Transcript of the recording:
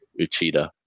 Uchida